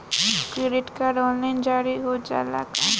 Credit card online जारी हो जाला का?